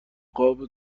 خوابه